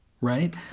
right